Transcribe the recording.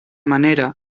manera